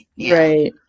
Right